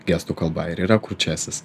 gestų kalba ir yra kurčiasis